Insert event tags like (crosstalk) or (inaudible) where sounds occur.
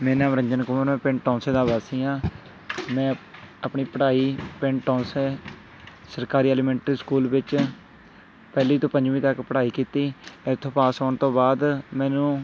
ਮੇਰਾ ਨਾਮ ਰੰਜਨ (unintelligible) ਮੈਂ ਪਿੰਡ ਟੋਂਸੇ ਦਾ ਵਾਸੀ ਹਾਂ ਮੈਂ ਆਪਣੀ ਪੜ੍ਹਾਈ ਪਿੰਡ ਟੋਂਸੇ ਸਰਕਾਰੀ ਐਲੀਮੈਂਟਰੀ ਸਕੂਲ ਵਿੱਚ ਪਹਿਲੀ ਤੋਂ ਪੰਜਵੀਂ ਤੱਕ ਪੜ੍ਹਾਈ ਕੀਤੀ ਇੱਥੋਂ ਪਾਸ ਹੋਣ ਤੋਂ ਬਾਅਦ ਮੈਨੂੰ